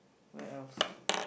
where else